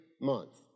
month